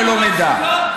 שלא נדע,